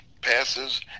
passes